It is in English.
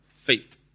Faith